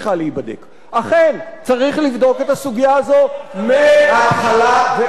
אכן, צריך לבדוק את הסוגיה הזאת מההתחלה ועד הסוף.